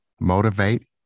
motivate